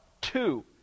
Two